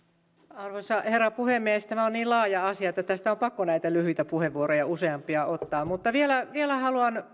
arvoisa herra puhemies tämä on niin laaja asia että tästä on pakko näitä lyhyitä puheenvuoroja useampia ottaa vielä vielä haluan